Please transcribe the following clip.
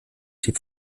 sie